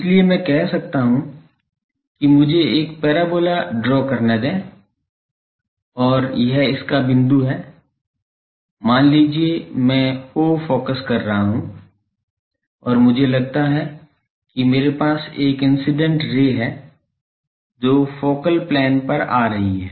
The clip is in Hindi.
इसलिए मैं कह सकता हूं कि मुझे एक पैराबोला ड्रा करने दें और यह इसका बिंदु है मान लीजिये मैं O फोकस कह रहा हूं और मुझे लगता है कि मेरे पास एक इंसिडेंट रे है जो फोकल प्लेन पर आ रही है